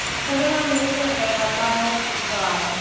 so when i'm using the rag i'm going with the design.